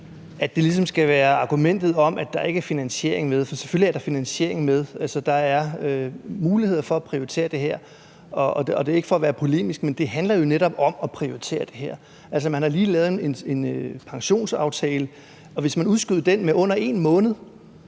at det ligesom skal være ud fra argumentet om, at der ikke er finansiering med, for selvfølgelig er der finansiering med. Der er muligheder for at prioritere det her. Det er ikke for at være polemisk, men det handler jo netop om at prioritere det her. Man har lige lavet en pensionsaftale, og hvis man udskød den med under en måned,